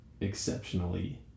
exceptionally